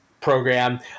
program